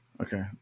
Okay